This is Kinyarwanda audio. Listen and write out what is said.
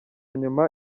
nyuma